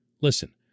Listen